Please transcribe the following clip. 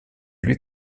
lui